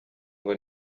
ngo